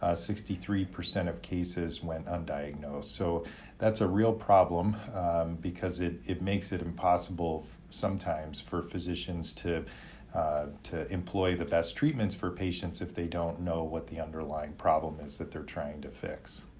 ah sixty three percent of cases went undiagnosed. so that's a real problem because it it makes it impossible sometimes for physicians to to employ the best treatments for patients if they don't know what the underlying problem is that they're trying to fix.